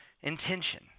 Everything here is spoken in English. intention